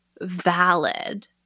valid